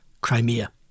Crimea